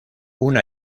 una